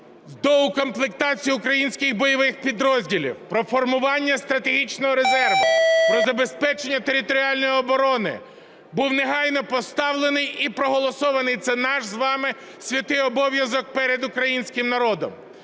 доукомплектацію українських бойових підрозділів, про формування стратегічного резерву, про забезпечення територіальної оборони був негайно поставлений і проголосований. Це наш з вами святий обов'язок перед українським народом.